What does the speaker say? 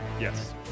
Yes